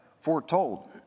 foretold